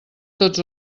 tots